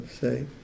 say